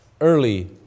early